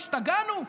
השתגענו?